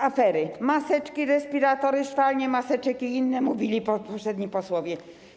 Afery: maseczki, respiratory, szwalnie maseczek i inne, jak mówili poprzedni posłowie.